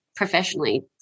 professionally